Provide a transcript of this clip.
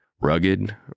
Rugged